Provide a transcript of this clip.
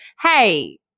hey